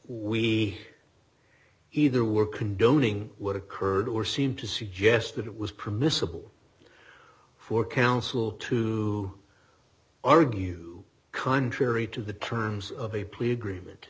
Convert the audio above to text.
we either were condoning what occurred or seemed to suggest that it was permissible for counsel to argue contrary to the terms of a plea agreement